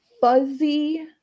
fuzzy